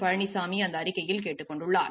பழனிசாமி அந்த அறிக்கையில் கேட்டுக் கொண்டுள்ளார்